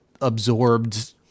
absorbed